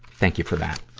thank you for that.